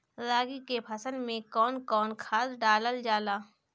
रागी के फसल मे कउन कउन खाद डालल जाला?